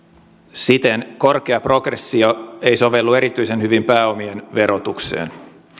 siten korkea progressio ei sovellu erityisen hyvin pääomien verotukseen